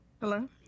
Hello